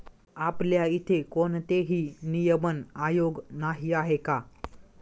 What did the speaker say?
आपल्या इथे कोणतेही नियमन आयोग नाही आहे का?